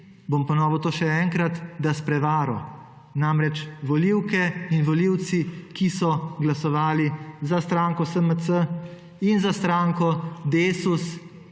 bom ponovil to še enkrat, da s prevaro namreč volivke in volivci, ki so glasovali za stranko SMC, in za stranko